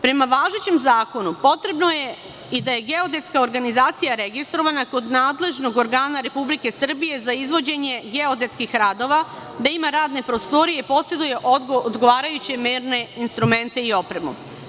Prema važećem zakonu potrebno je i da je geodetska organizacija registrovana kod nadležnog organa Republike Srbije za izvođenje geodetskih radova, da ima radne prostorije i poseduje odgovarajuće merne instrumente i opremu.